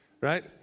right